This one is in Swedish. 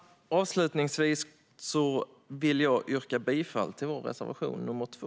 Avslutningsvis vill jag yrka bifall till vår reservation nr 2.